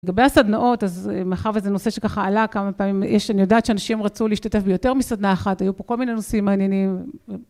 לגבי הסדנאות, אז מאחר וזה נושא שככה עלה כמה פעמים, יש, אני יודעת אנשים שרצו להשתתף ביותר מסדנה אחת, היו פה כל מיני נושאים מעניינים.